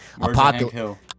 Apocalypse